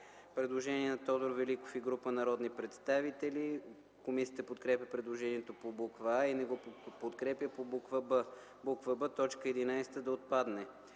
представител Тодор Великов и група народни представители. Комисията подкрепя предложението по буква „а” и не го подкрепя по буква „б”: „б) точка 11 да отпадне.”